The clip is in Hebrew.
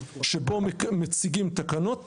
שבו מציגים תקנות,